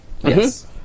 Yes